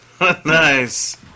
Nice